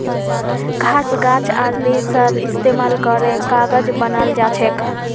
घास गाछ आर रेशार इस्तेमाल करे कागज बनाल जाछेक